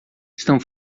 estão